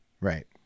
Right